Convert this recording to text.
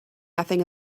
nothing